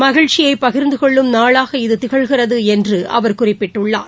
மகிழ்ச்சியைபகிா்ந்தகொள்ளும் நாளாக இது திகழ்கிறதுஎன்றுஅவர் குறிப்பிட்டுள்ளார்